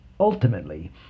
ultimately